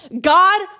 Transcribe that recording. God